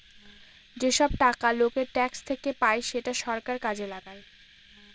যেসব টাকা লোকের ট্যাক্স থেকে পায় সেটা সরকার কাজে লাগায়